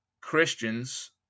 christians